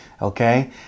okay